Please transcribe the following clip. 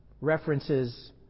references